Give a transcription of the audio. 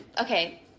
okay